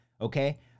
okay